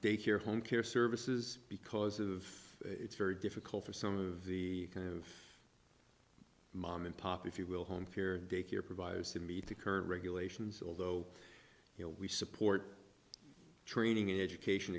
daycare home care services because of it's very difficult for some of the kind of mom and pop if you will home fear daycare providers to meet the current regulations although you know we support training education